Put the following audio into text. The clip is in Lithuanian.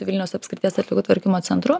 vilniaus apskrities atliekų tvarkymo centru